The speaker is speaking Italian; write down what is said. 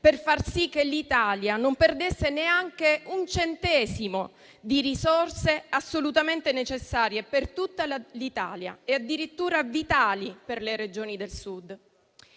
per far sì che l'Italia non perdesse neanche un centesimo di risorse assolutamente necessarie per tutto il Paese e addirittura vitali per le Regioni del Sud.